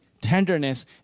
tenderness